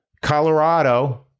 Colorado